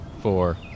four